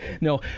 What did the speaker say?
No